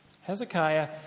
Hezekiah